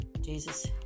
Jesus